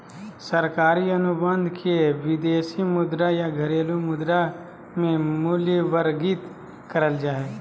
सरकारी अनुबंध के विदेशी मुद्रा या घरेलू मुद्रा मे मूल्यवर्गीत करल जा हय